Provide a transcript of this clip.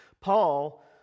Paul